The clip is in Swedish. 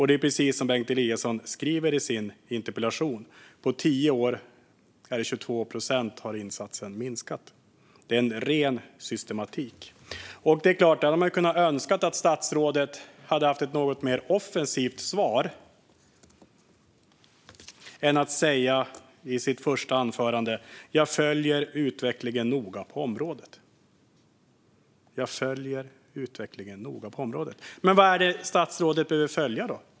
Det är precis som Bengt Eliasson skriver i sin interpellation: På tio år har insatsen minskat med 22 procent. Det är en ren systematik. Då hade man kunnat önska att statsrådet hade haft ett något mer offensivt svar än att bara säga att hon följer utvecklingen på området noga. Vad är det statsrådet behöver följa då?